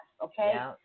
okay